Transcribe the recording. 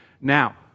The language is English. Now